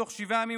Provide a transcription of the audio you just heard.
בתוך שבעה ימים,